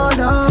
no